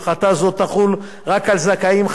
הפחתה זו תחול רק על זכאים חדשים,